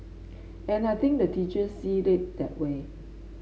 and I think the teachers see it that way